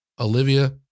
Olivia